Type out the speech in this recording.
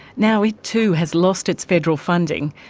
now it too has lost its federal funding,